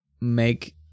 make